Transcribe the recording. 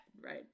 right